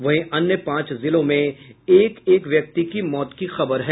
वहीं अन्य पांच जिलों में एक एक व्यक्ति की मौत की खबर है